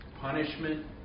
Punishment